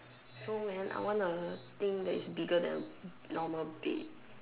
so man I want a thing that is bigger than normal bed